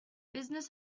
business